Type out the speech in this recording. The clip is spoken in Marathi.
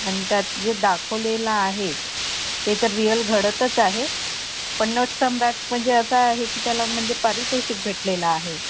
आणि त्यात जे दाखवलेलं आहे ते तर रियल घडतच आहे पण नटसम्राट म्हणजे असा आहे की त्याला म्हणजे पारितोषिक भेटलेलं आहे